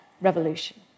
revolution